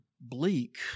bleak